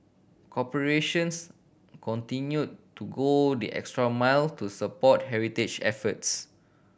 corporations continued to go the extra mile to support heritage efforts